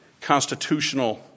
constitutional